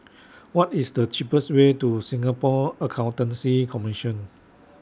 What IS The cheapest Way to Singapore Accountancy Commission